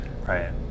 Right